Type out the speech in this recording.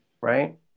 right